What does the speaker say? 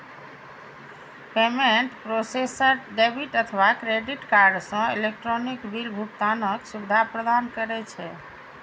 payment processor debit अथवा credit card सं electronic bill भुगतानक सुविधा प्रदान करै छै